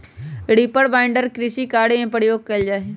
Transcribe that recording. reaper binder कृषि कार्य में प्रयोग कइल जा हई